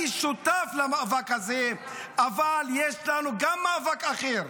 אני שותף למאבק הזה, אבל יש לנו גם מאבק אחר,